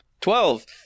Twelve